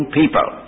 people